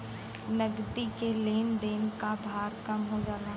नगदी के लेन देन क भार कम हो जाला